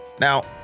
Now